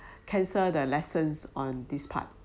cancel the lessons on this part